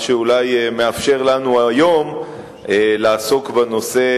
מה שאולי מאפשר לנו היום לעסוק בנושא